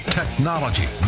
technology